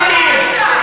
אתמול היה יום הסטודנט,